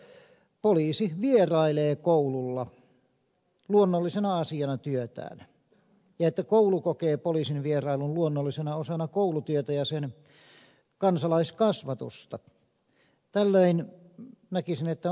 näkisin että poliisi vierailee koululla luonnollisena osana työtään ja että koulu kokee poliisin vierailun luonnollisena osana koulutyötä ja sen kansalaiskasvatusta